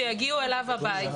אני רוצה שיגיעו אליו הביתה.